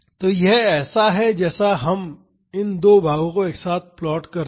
तो यह ऐसा है जैसे इन दो भागों को एक साथ प्लॉट किया गया हो